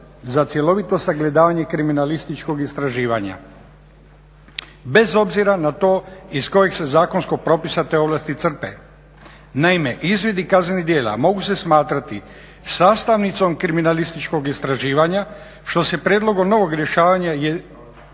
za cjelovito sagledavanje kriminalističkog istraživanja, bez obzira na to iz kojeg se zakonskog propisa te ovlasti crpe. Naime, izvidi kaznenih djela mogu se smatrati sastavnicom kriminalističkog istraživanja što se prijedlogom novog rješavanja